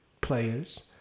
players